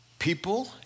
People